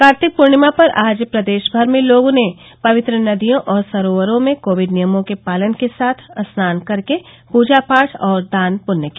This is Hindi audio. कार्तिक पूर्णिमा पर आज प्रदेश भर में लोग पवित्र नदियों और सरोवरो में कोविड नियमों के पालन के साथ स्नान कर के पूजा पाठ और दान पृण्य किया